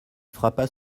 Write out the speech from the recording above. frappa